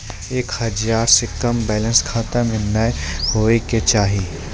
एक हजार से कम बैलेंस खाता मे नैय होय के चाही